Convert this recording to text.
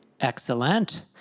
Excellent